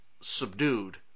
subdued